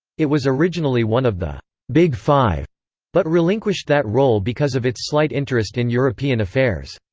it was originally one of the big five but relinquished that role because of its slight interest in european affairs.